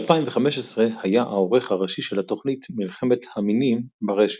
ב-2015 היה העורך הראשי של התוכנית "מלחמת המינים" ברשת.